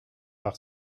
par